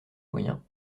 moyens